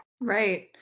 Right